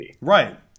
Right